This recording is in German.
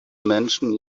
menschen